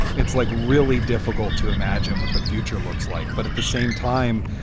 it's like really difficult to imagine what the future looks like. but at the same time,